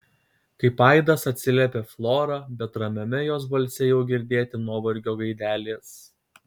kaip aidas atsiliepia flora bet ramiame jos balse jau girdėti nuovargio gaidelės